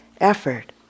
effort